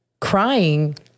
crying